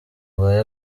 ndwaye